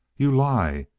you lie!